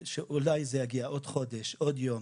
שאולי זה יגיע עוד חודש, עוד יום.